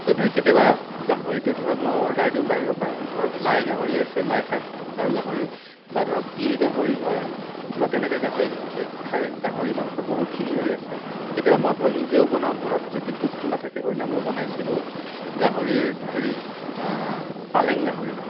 চ' সেই কাৰণে কেতিয়াবা গাহৰিটো ধৰক মই অৰ্ডাৰ দিওঁ বাহিৰৰ পৰা ধৰক লাই গাহৰি আছে লাই শাক আৰু গাহৰি বা ধৰক তিল গাহৰি হয় বা তেনেকে গাহৰি খাই গাহৰি মাংসৰ বহুতখিনি হেৰি আছে কেতিয়াবা মই ধৰক নিজেও বনাওঁ ঘৰত যদি বস্তু নাথাকে সইদিনা মই বনাইছিলোঁ গাহৰিৰ হেৰি পালেং গাহৰি